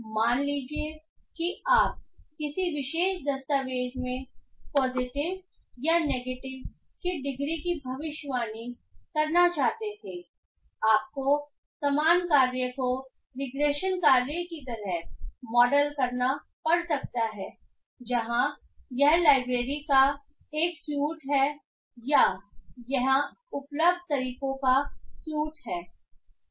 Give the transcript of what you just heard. मान लीजिए कि आप किसी विशेष दस्तावेज़ में पॉजिटिव या नेगेटिव की डिग्री की भविष्यवाणी करना चाहते थे आपको समान कार्य को रिग्रेशन कार्य की तरह मॉडल करना पड़ सकता है जहाँ यह लाइब्रेरी का एक सूट या यहाँ उपलब्ध तरीकों का सूट है